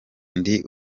ndi